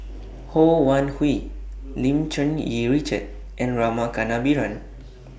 Ho Wan Hui Lim Cherng Yih Richard and Rama Kannabiran